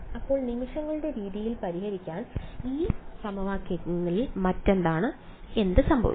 അപ്പോൾ നിമിഷങ്ങളുടെ രീതിയിൽ പരിഹരിക്കാൻ ഈ സമവാക്യത്തിൽ മറ്റെന്താണ് എന്ത് സംഭവിക്കും